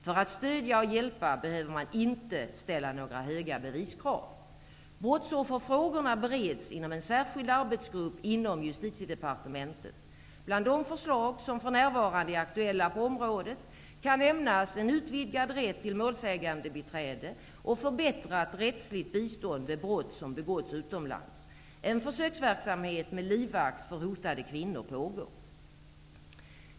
För att stödja och hjälpa behöver man inte ställa några höga beviskrav. Brottsofferfrågorna bereds inom en särskild arbetsgrupp inom Justitiedepartementet. Bland de förslag som för närvarande är aktuella på området kan nämnas en utvidgad rätt till målsägandebiträde och förbättrat rättsligt bistånd vid brott som begåtts utomlands. En försöksverksamhet med livvakt för hotade kvinnor pågår.